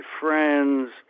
friends